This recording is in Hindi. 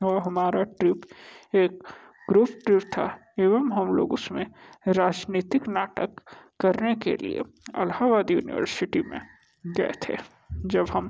और हमारा ट्रिप एक ग्रुप ट्रिप था एवं हम लोग उसमें राजनीतिक नाटक करने के लिए इलाहाबाद यूनिवर्सिटी में गए थे जब हम